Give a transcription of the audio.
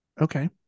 Okay